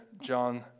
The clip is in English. John